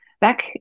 Back